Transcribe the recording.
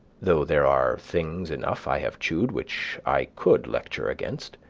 though there are things enough i have chewed which i could lecture against.